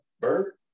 Bird